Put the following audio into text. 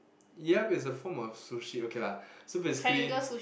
yup is a form of sushi okay lah so basically